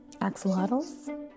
axolotls